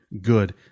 Good